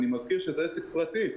אני מזכיר שזה עסק פרטי,